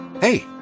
Hey